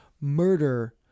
murder